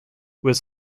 was